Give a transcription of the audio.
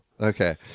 Okay